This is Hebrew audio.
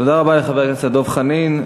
תודה רבה לחבר הכנסת דב חנין.